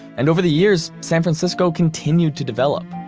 and over the years, san francisco continued to develop.